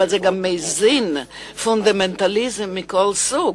וזה גם מזין פונדמנטליזם מכל סוג,